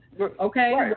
Okay